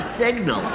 signal